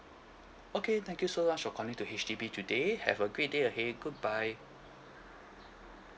okay thank you so much for calling to H_D_B today have a great day ahead goodbye